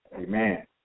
Amen